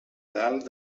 dalt